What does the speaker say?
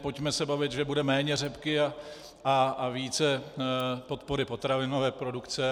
Pojďme se bavit, že bude méně řepky a více podpory potravinové produkce.